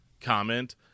comment